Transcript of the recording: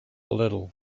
little